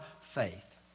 faith